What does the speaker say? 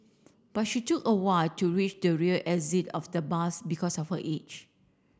but she took a while to reach the rear exit of the bus because of her age